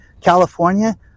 California